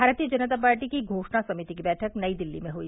भारतीय जनता पार्टी की घोषणा समिति की बैठक नई दिल्ली में हुई